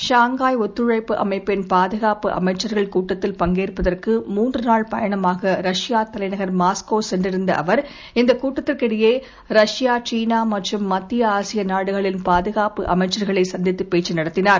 Shanghai ஒத்துழைப்பு அமைப்பின் பாதுகாப்பு அமைச்சர்கள் கூட்டத்தில் பங்கேற்பதற்கு மூன்று நாள் பயணமாக ரஷ்பா தலைநகர் மாஸ்கோ சென்றிருந்த அவர் இந்த கூட்டத்திற்கு இடையே ரஷ்பா சீனா மற்றும் மத்திய ஆசிய நாடுகளின் பாதுகாப்பு அமைச்சர்களை சந்தித்து பேச்சு நடத்தினார்